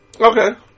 Okay